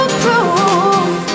prove